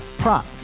prop